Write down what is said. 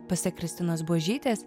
pasak kristinos buožytės